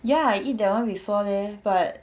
ya I eat that one before leh but